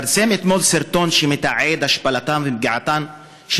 התפרסם אתמול סרטון שמתעד השפלה ופגיעה של